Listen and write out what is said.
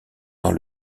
dans